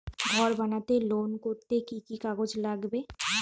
ঘর বানাতে লোন করতে কি কি কাগজ লাগবে?